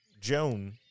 Joan